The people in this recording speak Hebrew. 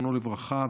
זיכרונו לברכה,